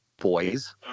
Boys